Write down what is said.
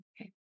Okay